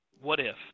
what-if